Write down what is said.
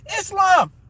Islam